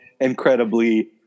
incredibly